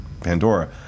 Pandora